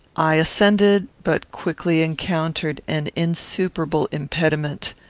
i ascended, but quickly encountered an insuperable impediment.